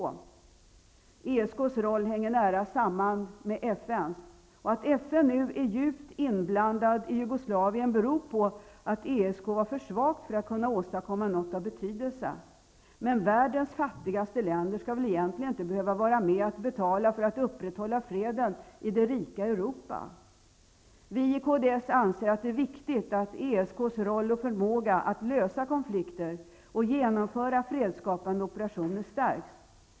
ESK:s roll hänger nära samman med FN:s. Att FN nu är djupt inblandad i Jugoslavien beror på att ESK var för svag för att kunna åstadkomma något av betydelse. Men världens fattigaste länder skall väl egentligen inte behöva vara med och betala för att upprätthålla freden i det rika Europa! Vi i kds anser att det är viktigt att ESK:s roll och förmåga att lösa konflikter och genomföra fredsskapande operationer stärks.